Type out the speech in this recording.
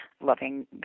loving